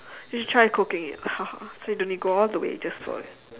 you should try cooking it so you don't need to go all the way just for it